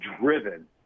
driven